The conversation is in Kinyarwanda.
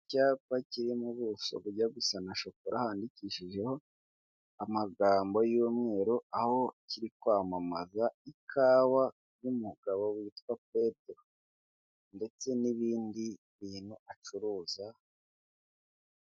Icyapa kiri mu buso bujya gusa na shokora handikishijeho amagambo y'umweru, aho kiri kwamamaza ikawa y'umugabo witwa Pedro ndetse n'ibindi bintu acuruza.